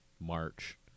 march